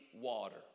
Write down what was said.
water